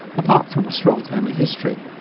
apart from a strong family history.